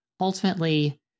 ultimately